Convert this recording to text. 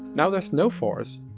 now there's no four s.